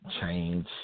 change